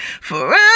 Forever